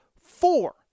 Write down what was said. four